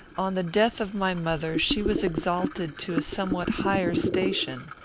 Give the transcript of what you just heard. on the death of my mother, she was exalted to a somewhat higher station.